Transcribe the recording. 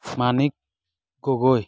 Manik Gogoi